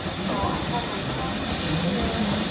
so, i have my sewing gauge here,